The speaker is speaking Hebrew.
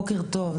בוקר טוב,